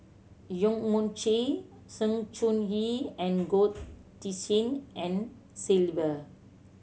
Yong Mun Chee Sng Choon Yee and Goh Tshin En Sylvia